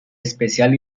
especial